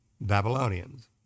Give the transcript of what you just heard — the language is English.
Babylonians